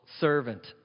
servant